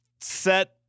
set